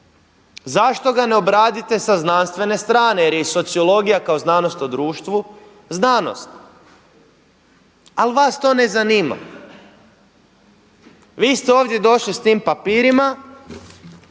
zašto ga ne obradite sa znanstvene strane jer je i sociologija kao znanost o društvu znanost? Ali vas to ne zanima. Vi ste ovdje došli s tim papirima